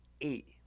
eight